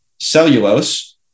cellulose